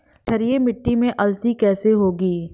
क्षारीय मिट्टी में अलसी कैसे होगी?